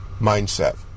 mindset